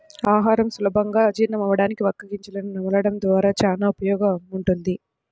ఆహారం సులభంగా జీర్ణమవ్వడానికి వక్క గింజను నమలడం ద్వారా చానా ఉపయోగముంటది